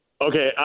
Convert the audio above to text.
Okay